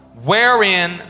Wherein